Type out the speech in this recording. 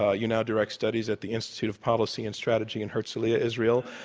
ah you now direct studies at the institute of policy and strategy in herzliya, israel.